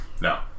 No